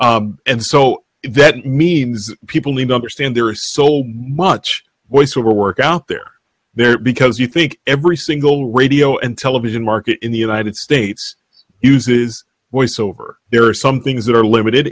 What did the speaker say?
right and so that means people even understand there are sold much voiceover work out there there because you think every single radio and television market in the united states uses voice over there are some things that are limited